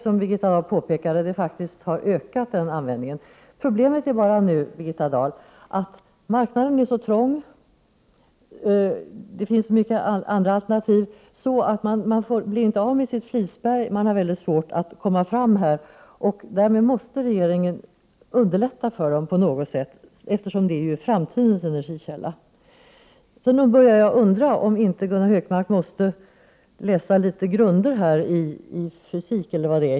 Som Birgitta Dahl påpekade har den användningen ökat. Problemet är bara nu, Birgitta Dahl, att marknaden är så trång, eftersom det finns mycket av andra alternativ, att man inte blir av med sitt flisberg, att man har väldigt svårt att komma fram på marknaden. Därmed måste regeringen underlätta för dem som är verksamma på detta område, eftersom det ju gäller framtidens energikälla. Jag börjar undrar om inte Gunnar Hökmark måste läsa litet av grunderna i fysik.